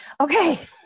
okay